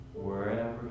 Wherever